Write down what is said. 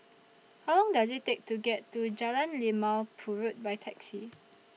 How Long Does IT Take to get to Jalan Limau Purut By Taxi